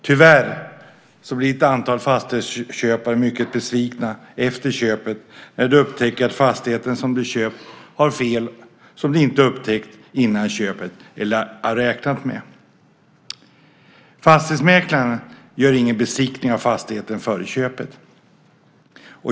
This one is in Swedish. Tyvärr blir ett antal fastighetsköpare mycket besvikna efter köpet när de upptäcker att fastigheten som de har köpt har fel som de inte har märkt före köpet eller som de inte har räknat med. Fastighetsmäklaren gör ingen besiktning av fastigheten före köpet.